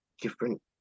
different